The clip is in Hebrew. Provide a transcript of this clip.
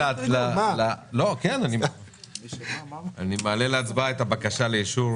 אני מעלה להצבעה את הבקשה לאישור